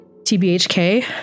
TBHK